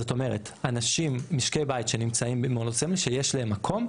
זאת אומרת אנשים משקי בית שנמצאים במעונות סמל שיש להם מקום,